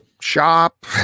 shop